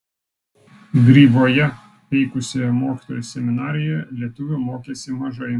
gryvoje veikusioje mokytojų seminarijoje lietuvių mokėsi mažai